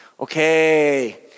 Okay